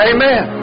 Amen